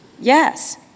Yes